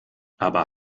aber